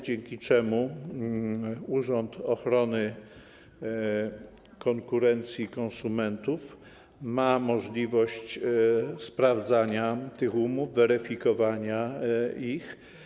Dzięki temu Urząd Ochrony Konkurencji i Konsumentów ma możliwość sprawdzania tych umów, weryfikowania ich.